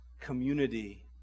community